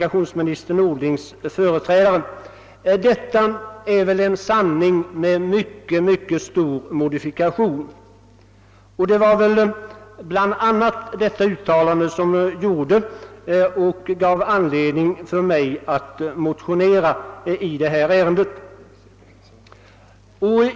Det är väl en sanning med mycket stor modifikation, och det var bl.a. detta uttalande av den förre kommunikationsministern som gav mig anledning att motionera i ärendet.